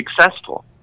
successful